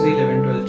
11-12